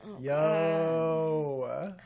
yo